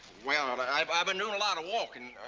well, and i-i've ah been doing a lot of walking.